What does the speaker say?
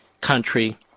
country